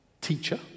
teacher